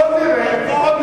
עוד נראה.